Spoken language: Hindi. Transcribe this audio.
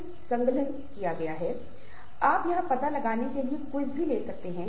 और फिर अंत में हम नई तकनीक के बारे में बात कर रहे हैं